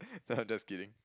I'm just kidding